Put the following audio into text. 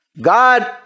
God